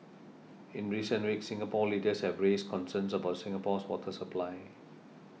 in recent weeks Singapore leaders have raised concerns about Singapore's water supply